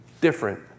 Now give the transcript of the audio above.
different